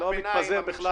אני לא מתפזר בכלל.